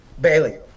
Bailey